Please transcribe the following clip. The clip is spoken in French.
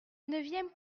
neuvième